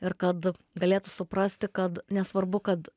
ir kad galėtų suprasti kad nesvarbu kad